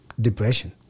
depression